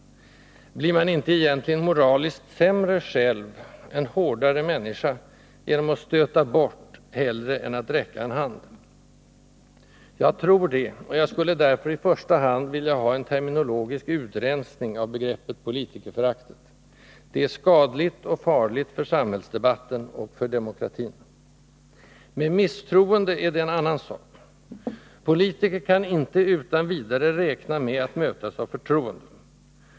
Blir man inte egentligen moraliskt sämre själv — en hårdare människa — genom att stöta bort hellre än att räcka en hand? Jag tror det, och jag skulle därför i första hand vilja ha en terminologisk utrensning av begreppet politikerföraktet. Det är skadligt och farligt för samhällsdebatten och för demokratin. Med misstroende är det en annan sak. Politiker kan inte utan vidare räkna med att mötas av förtroende.